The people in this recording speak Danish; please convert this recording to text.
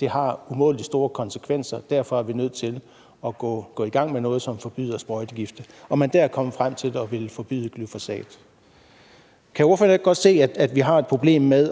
det har umådelig store konsekvenser, og derfor er vi nødt til at gå i gang med at gøre noget og forbyde sprøjtegifte. Man er der kommet frem til at ville forbyde glyfosat. Kan ordføreren ikke godt se, at vi har et problem med